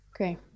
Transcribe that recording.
okay